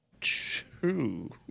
True